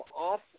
off